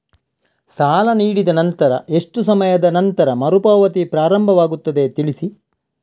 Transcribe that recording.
ಸಾಲ ನೀಡಿದ ನಂತರ ಎಷ್ಟು ಸಮಯದ ನಂತರ ಮರುಪಾವತಿ ಪ್ರಾರಂಭವಾಗುತ್ತದೆ ತಿಳಿಸಿ?